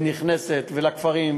ונכנסת לכפרים,